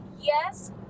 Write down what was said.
Yes